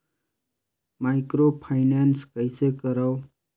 Microfinance कइसे करव?